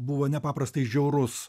buvo nepaprastai žiaurus